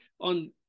on